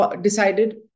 decided